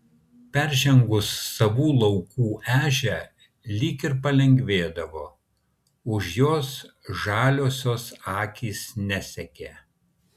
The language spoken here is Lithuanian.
peržengus savų laukų ežią lyg ir palengvėdavo už jos žaliosios akys nesekė